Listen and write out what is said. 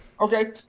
Okay